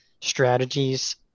strategies